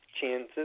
Chance's